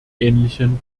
ähnlichen